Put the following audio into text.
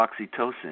oxytocin